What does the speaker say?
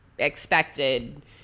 expected